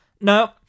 No